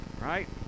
Right